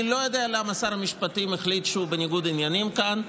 אני לא יודע למה שר המשפטים החליט שהוא בניגוד עניינים כאן,